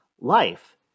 life